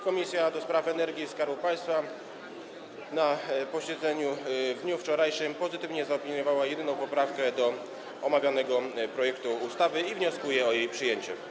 Komisja do Spraw Energii i Skarbu Państwa na posiedzeniu w dniu wczorajszym pozytywnie zaopiniowała jedyną poprawkę do omawianego projektu ustawy i wnioskuje o jej przyjęcie.